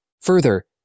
Further